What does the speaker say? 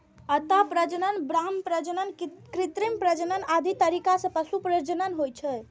अंतः प्रजनन, बाह्य प्रजनन, कृत्रिम प्रजनन आदि तरीका सं पशु प्रजनन होइ छै